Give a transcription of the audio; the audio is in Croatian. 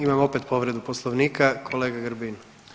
Imamo opet povredu Poslovnika kolega Grbin.